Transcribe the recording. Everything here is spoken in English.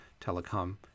telecom